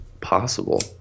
possible